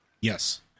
Yes